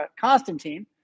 Constantine